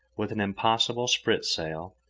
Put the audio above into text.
with an impossible spritsail,